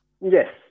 Yes